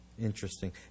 Interesting